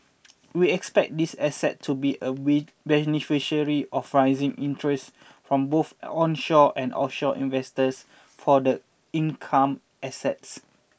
we expect this asset to be a beneficiary of rising interests from both onshore and offshore investors for the income assets